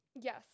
Yes